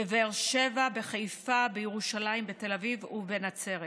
בבאר שבע, בחיפה, בירושלים, בתל אביב ובנצרת.